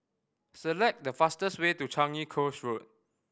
select the fastest way to Changi Coast Road